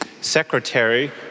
secretary